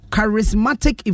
Charismatic